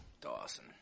Dawson